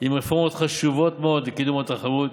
עם רפורמות חשובות מאוד לקידום התחרות,